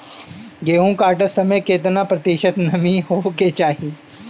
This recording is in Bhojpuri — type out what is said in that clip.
गेहूँ काटत समय केतना प्रतिशत नमी होखे के चाहीं?